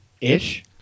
ish